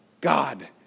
God